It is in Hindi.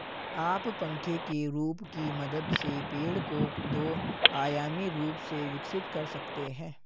आप पंखे के रूप की मदद से पेड़ को दो आयामी रूप से विकसित कर सकते हैं